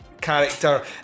character